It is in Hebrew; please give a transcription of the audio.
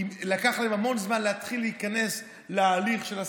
כי לקח להם המון זמן להתחיל להיכנס להליך של הסבסוד.